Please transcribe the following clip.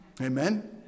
Amen